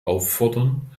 auffordern